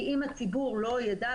כי אם הציבור לא ידע,